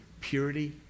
purity